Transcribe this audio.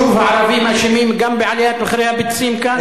שוב, הערבים אשמים גם בעליית מחירי הביצים כאן?